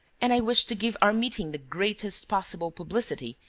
and i wished to give our meeting the greatest possible publicity,